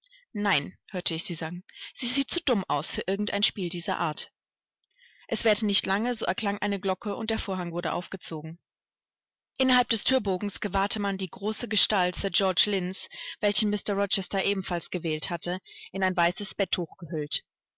nein hörte ich sie sagen sie sieht zu dumm aus für irgend ein spiel dieser art es währte nicht lange so erklang eine glocke und der vorhang wurde aufgezogen innerhalb des thürbogens gewahrte man die große gestalt sir george lynns welchen mr rochester ebenfalls gewählt hatte in ein weißes betttuch gehüllt